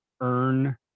earn